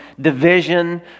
division